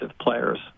players